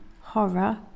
Horror